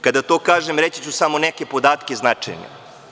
Kada to kažem, reći ću samo neke podatke značajne.